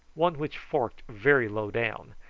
one which forked very low down,